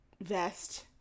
vest